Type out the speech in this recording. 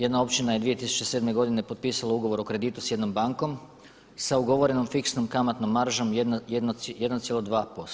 Jedna općina je 2007. godine potpisala ugovor o kreditu s jednom bankom sa ugovorenom fiksnom kamatnom maržom 1,2%